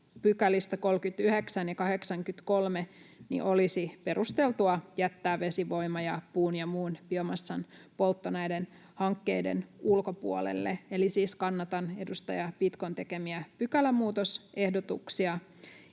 näistä 39 ja 83 §:istä olisi perusteltua jättää vesivoima ja puun ja muun biomassan poltto näiden hankkeiden ulkopuolelle. Eli siis kannatan edustaja Pitkon tekemiä pykälämuutosehdotuksia.